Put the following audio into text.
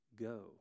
go